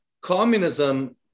Communism